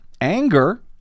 anger